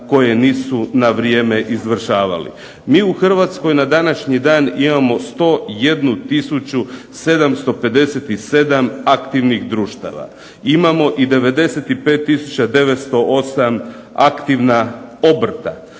dan imamo 101 757 aktivnih društava. Imamo i 95 908 aktivna obrta.